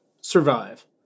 survive